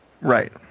Right